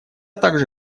также